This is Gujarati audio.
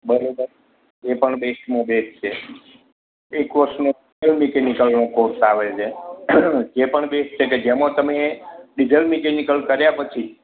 બરાબર એ પણ બેસ્ટમાં બેસ્ટ છે એ કોર્સનો ડીઝલ મિકેનીકલનો કોર્સ આવે છે જે પણ બેસ્ટ છે કે જેમાં તમે ડીઝલ મિકેનિકલ કર્યા પછી